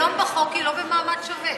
היום בחוק היא לא במעמד שווה.